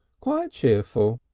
quite cheerful.